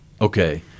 Okay